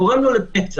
גורם לו לפצע.